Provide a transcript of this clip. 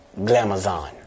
glamazon